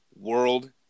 world